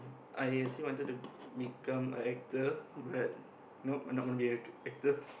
I actually wanted to become a actor but nope not gonna be act actor